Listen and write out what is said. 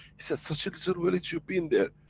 he said such a little village, you've been there?